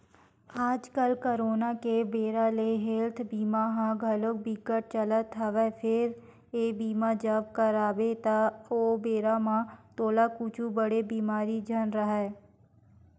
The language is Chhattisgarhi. आजकल करोना के बेरा ले हेल्थ बीमा ह घलोक बिकट चलत हवय फेर ये बीमा जब करवाबे त ओ बेरा म तोला कुछु बड़े बेमारी झन राहय